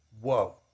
Whoa